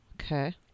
Okay